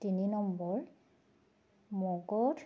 তিনি নম্বৰ মগধ